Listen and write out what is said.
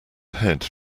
head